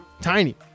Tiny